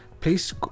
please